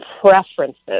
preferences